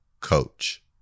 coach